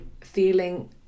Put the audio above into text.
feeling